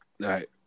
Right